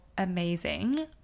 amazing